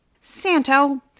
Santo